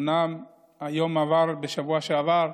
הוא היה בשבוע שעבר,